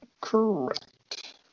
Correct